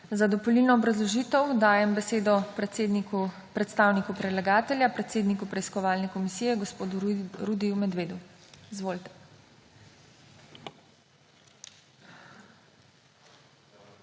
Za dopolnilno obrazložitev dajem besedo predstavniku predlagatelja predsedniku preiskovalne komisije gospodu Rudiju Medvedu. Izvolite.